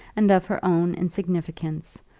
and of her own insignificance,